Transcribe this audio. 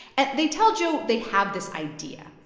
and they tell joe they have this idea,